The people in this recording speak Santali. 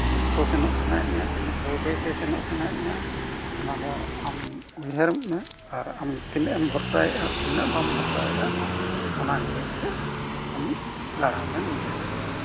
ᱥᱚᱠᱛᱚ ᱥᱮᱱᱚᱜ ᱥᱟᱱᱟᱭᱮᱫ ᱢᱮᱭᱟ ᱛᱤᱱᱟᱹᱜ ᱵᱟᱹᱭ ᱵᱟᱹᱭᱛᱮ ᱥᱮᱱᱚᱜ ᱥᱟᱱᱟᱭᱮᱫ ᱢᱮᱭᱟ ᱚᱱᱟ ᱫᱚ ᱟᱢ ᱩᱭᱦᱟᱹᱨᱚᱜ ᱢᱮ ᱟᱨ ᱟᱢ ᱛᱤᱱᱟᱹᱜ ᱮᱢ ᱵᱷᱚᱨᱥᱟᱭᱮᱜᱼᱟ ᱛᱤᱱᱟᱹᱜ ᱵᱟᱢ ᱵᱷᱚᱨᱥᱟᱭᱮᱜᱼᱟ ᱚᱱᱟ ᱦᱤᱥᱟᱹᱵ ᱛᱮ ᱟᱢ ᱞᱟᱲᱟᱣ ᱢᱮ ᱱᱤᱡᱮ ᱛᱮᱜᱮ